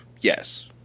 Yes